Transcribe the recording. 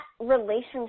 relationship